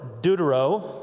Deutero